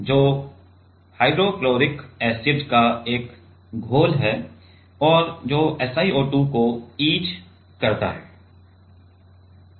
जो hydrochloric acid का एक घोल है और जो SiO2 को इच करता है